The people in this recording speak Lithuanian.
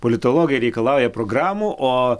politologai reikalauja programų o